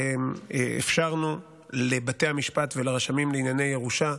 אפשרנו לבתי המשפט ולרשמים לענייני ירושה,